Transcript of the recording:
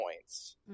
points